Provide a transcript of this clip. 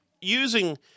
using